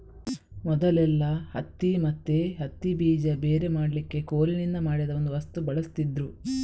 ಮೊದಲೆಲ್ಲಾ ಹತ್ತಿ ಮತ್ತೆ ಹತ್ತಿ ಬೀಜ ಬೇರೆ ಮಾಡ್ಲಿಕ್ಕೆ ಕೋಲಿನಿಂದ ಮಾಡಿದ ಒಂದು ವಸ್ತು ಬಳಸ್ತಿದ್ರು